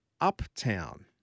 Uptown